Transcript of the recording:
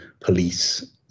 police